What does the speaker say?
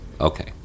Okay